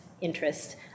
interest